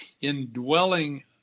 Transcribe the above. indwelling